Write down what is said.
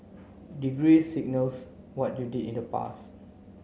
degree signals what you did in the past